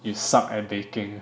you suck at baking